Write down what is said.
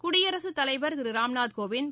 குடியரசுத் தலைவர் திரு ராம்நாத் கோவிந்த்